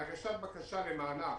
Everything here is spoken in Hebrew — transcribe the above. להגשת בקשה למענק